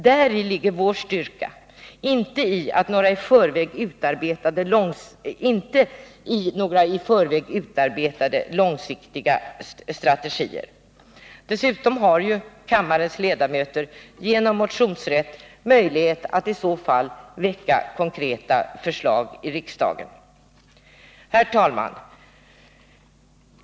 Däri ligger vår styrka — inte i några i förväg utarbetade långsiktiga strategier. Dessutom kan kammarens ledamöter genom motionsrätten i så fall väcka konkreta förslag i riksdagen. Herr talman!